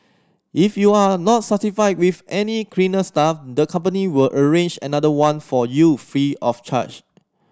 if you are not satisfied with any cleaner staff the company will arrange another one for you free of charge